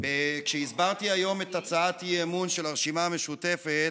כשהסברתי היום את הצעת האי-אמון של הרשימה המשותפת,